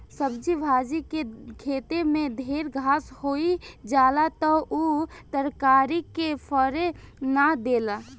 सब्जी भाजी के खेते में ढेर घास होई जाला त उ तरकारी के फरे ना देला